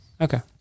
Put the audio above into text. Okay